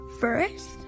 First